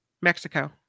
Mexico